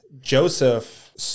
Joseph